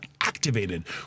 activated